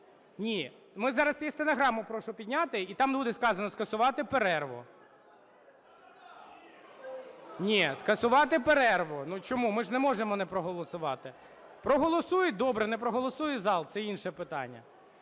Ні, ми зараз стенограму прошу підняти, і там буде сказано: скасувати перерву. Ні, скасувати перерву. Ну, чому, ми ж не можемо не проголосувати. Проголосують – добре, не проголосує зал – це інше питання.